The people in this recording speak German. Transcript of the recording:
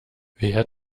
wer